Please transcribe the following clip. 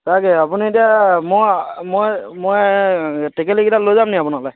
তাকে আপুনি এতিয়া মই মই মই টেকেলিকেইটা লৈ যাম নেকি আপোনালে